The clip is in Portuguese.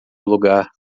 lugar